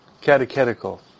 catechetical